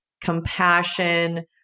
compassion